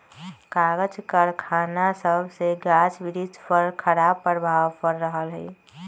कागज करखना सभसे गाछ वृक्ष पर खराप प्रभाव पड़ रहल हइ